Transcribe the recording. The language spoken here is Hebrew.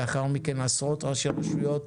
לאחר מכן עשרות ראשי רשויות